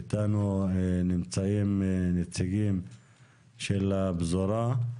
איתנו נמצאים נציגים של הפזורה.